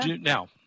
Now